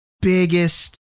biggest